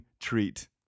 treat